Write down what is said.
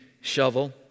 shovel